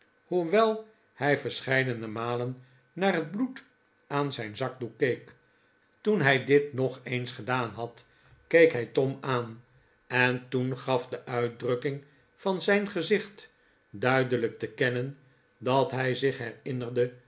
hoewel hij verscheidene malen naar het bloed aan zijn zakdoek keek toen hij dit nog eens gedaan had keek hij tom aan en toen gaf de uitdrukking van zijn gezicht duidelijk te kennen dat hij zich herinnerde